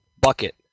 bucket